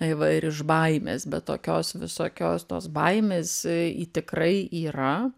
tai va ir iš baimės bet tokios visokios tos baimės e tikrai yra